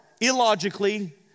illogically